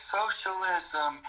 socialism